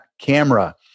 Camera